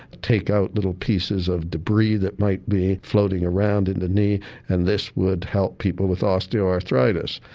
take out little pieces of debris that might be floating around in the knee and this would help people with osteoarthritis.